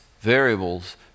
variables